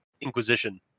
inquisition